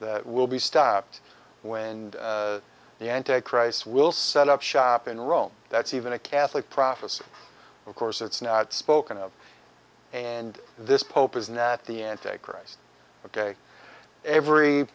that will be stopped when the anti christ will set up shop in rome that's even a catholic prophecy of course it's not spoken of and this pope is now at the anti christ ok every